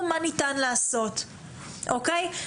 מה ניתן לעשות לעניין של בניית הלולים.